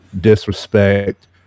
disrespect